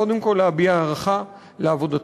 קודם כול להביע הערכה לעבודתך,